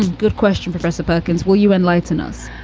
good question. professor perkins, will you enlighten us?